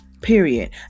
period